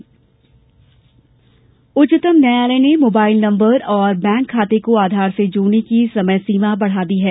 उच्चतम न्यायालय आधार उच्चतम न्यायालय ने मोबाइल नम्बर और बैंक खाते को आधार से जोड़ने की समयसीमा बढ़ा दी है